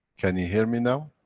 can you hear me now?